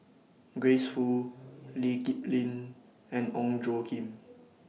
Grace Fu Lee Kip Lin and Ong Tjoe Kim